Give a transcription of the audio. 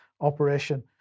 operation